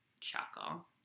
chuckle